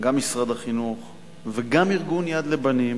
גם משרד החינוך וגם ארגון "יד לבנים",